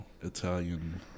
Italian